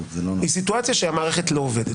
היא סיטואציה שהמערכת לא עובדת.